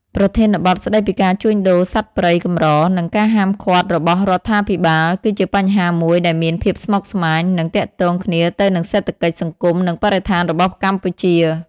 ប្រធានបទស្តីពីការជួញដូរសត្វព្រៃកម្រ និងការហាមឃាត់របស់រដ្ឋាភិបាល គឺជាបញ្ហាមួយដែលមានភាពស្មុគស្មាញ និងទាក់ទងគ្នាទៅនឹងសេដ្ឋកិច្ច សង្គម និងបរិស្ថានរបស់កម្ពុជា។